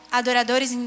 adoradores